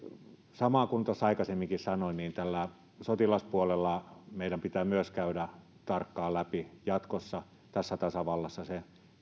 samoin kuin tuossa aikaisemminkin sanoin tällä sotilaspuolella meidän pitää myös käydä tarkkaan läpi jatkossa tässä tasavallassa se